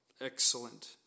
Excellent